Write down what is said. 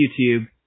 YouTube